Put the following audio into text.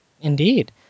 Indeed